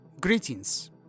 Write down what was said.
Greetings